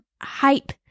hype